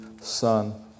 Son